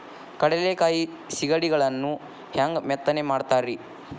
ಕಡಲೆಕಾಯಿ ಸಿಗಡಿಗಳನ್ನು ಹ್ಯಾಂಗ ಮೆತ್ತನೆ ಮಾಡ್ತಾರ ರೇ?